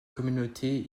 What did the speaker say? communauté